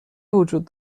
وجود